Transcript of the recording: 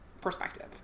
perspective